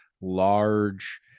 large